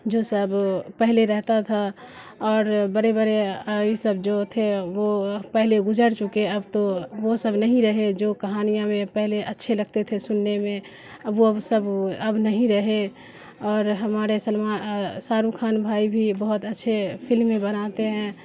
جو سب پہلے رہتا تھا اور بڑے بڑے ای سب جو تھے وہ پہلے گزر چکے اب تو وہ سب نہیں رہے جو کہانیاں میں پہلے اچھے لگتے تھے سننے میں اب وہ اب سب اب نہیں رہے اور ہمارے سلمیٰ شاہ رخ خان بھائی بھی بہت اچھے فلمیں بناتے ہیں